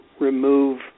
remove